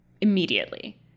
immediately